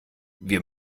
wir